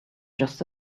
just